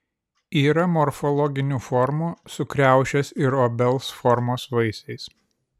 yra morfologinių formų su kriaušės ir obels formos vaisiais